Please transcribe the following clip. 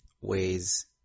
ways